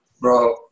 Bro